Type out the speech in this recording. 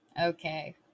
Okay